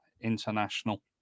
international